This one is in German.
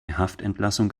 haftentlassung